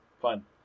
Fun